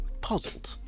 Puzzled